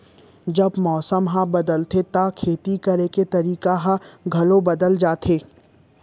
जब मौसम ह बदलथे त खेती करे के तरीका ह घलो बदल जथे?